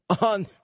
on